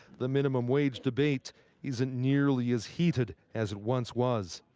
the minimum wage debate isn't nearly as heated as it once was.